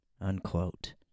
unquote